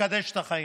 מקדש את החיים.